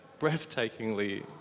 breathtakingly